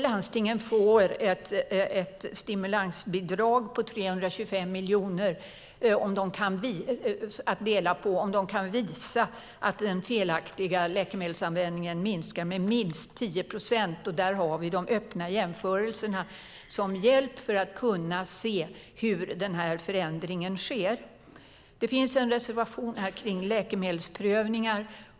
Landstingen får ett stimulansbidrag på 325 miljoner att dela på om de kan visa att den felaktiga läkemedelsanvändningen minskar med minst 10 procent. Där har vi de öppna jämförelserna som hjälp för att kunna se hur den här förändringen sker. Det finns en reservation kring läkemedelsprövningar.